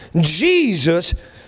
Jesus